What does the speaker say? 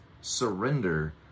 surrender